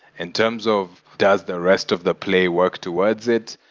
in terms of does the rest of the play work towards it?